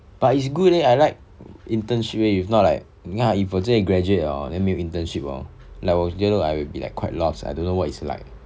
but it's good eh I like internship eh if not like 你看啊 if 我直接 graduate liao hor then 没有 internship hor like 我觉得 I will be like quite lost I don't know what it's like